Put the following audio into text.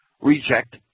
reject